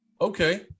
Okay